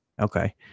Okay